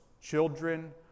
children